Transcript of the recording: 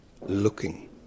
looking